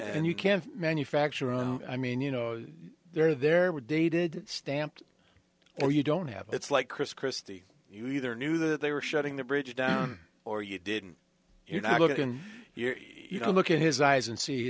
and you can't manufacture on i mean you know there are there were dated stamps or you don't have it's like chris christie you either knew that they were shutting the bridge down or you didn't you know look and you know look in his eyes and